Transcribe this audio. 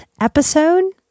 episode